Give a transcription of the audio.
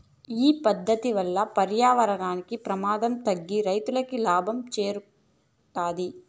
ఈ పద్దతి వల్ల పర్యావరణానికి ప్రమాదం తగ్గి రైతులకి లాభం చేకూరుతాది